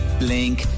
blink